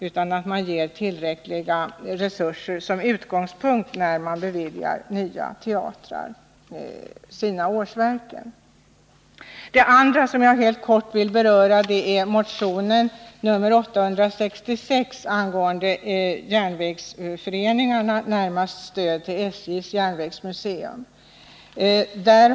Det är angeläget att man har som utgångspunkt att ge nya teatrar tillräckliga resurser när årsanslagen beviljas. Det andra som jag helt kort vill beröra är motionen 866 angående järnvägsföreningarna — närmast stöd till SJ:s järnvägsmuseum.